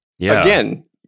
again